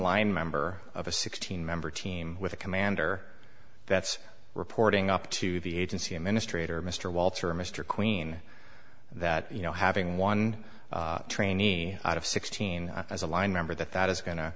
line member of a sixteen member team with a commander that's reporting up to the agency administrator mr walter mr queen that you know having one trainee out of sixteen as a line member that that is going to